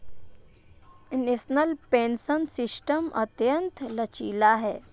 national pension system अत्यंत लचीला है